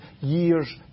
years